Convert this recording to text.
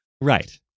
Right